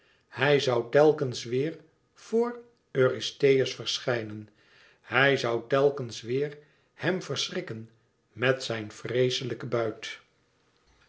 hij zoû tèlkens weêr voor eurystheus verschijnen hij zoû tèlkens weêr hem verschrikken met zijn vreeslijken buit